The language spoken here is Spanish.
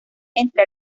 entre